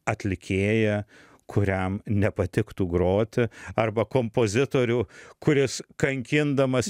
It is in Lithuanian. atlikėją kuriam nepatiktų groti arba kompozitorių kuris kankindamas